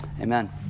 Amen